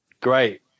Great